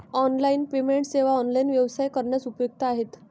online payment सेवा online व्यवसाय करण्यास उपयुक्त आहेत